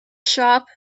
shop